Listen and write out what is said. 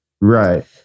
Right